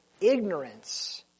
ignorance